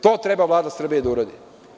To treba Vlada Srbije da uradi.